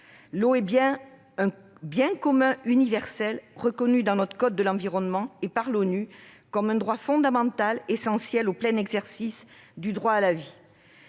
l'accès à cette ressource est reconnu dans notre code de l'environnement et par l'ONU comme un droit fondamental essentiel au plein exercice du droit à la vie.